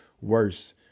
worse